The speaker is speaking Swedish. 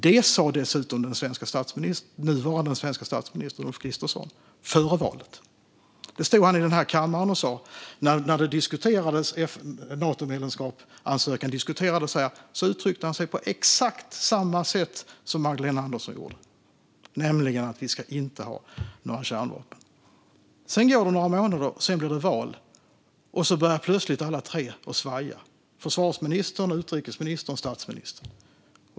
Det sa dessutom den nuvarande svenska statsministern, Ulf Kristersson, före valet. När ansökan om Natomedlemskap diskuterades här i kammaren uttryckte han sig på exakt samma sätt som Magdalena Andersson gjorde, nämligen att vi inte ska ha några kärnvapen. Sedan går det några månader, och så blir det val. Då börjar plötsligt alla tre att svaja - försvarsministern, utrikesministern och statsministern.